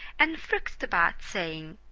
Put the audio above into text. and frisked about saying,